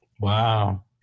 Wow